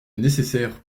nécessaire